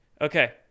Okay